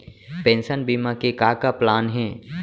Pension बीमा के का का प्लान हे?